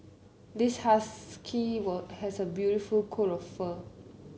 this husky were has a beautiful coat of fur